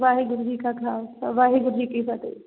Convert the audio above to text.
ਵਾਹਿਗੁਰੂ ਜੀ ਕਾ ਖਾਲਸਾ ਵਾਹਿਗੁਰੂ ਜੀ ਕੀ ਫਤਿਹ